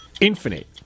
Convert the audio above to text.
Infinite